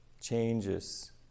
changes